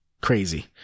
crazy